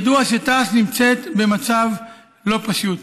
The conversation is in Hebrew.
ידוע שתע"ש נמצאת במצב לא פשוט,